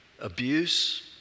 abuse